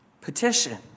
petition